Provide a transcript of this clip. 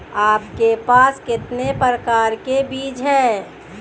आपके पास कितने प्रकार के बीज हैं?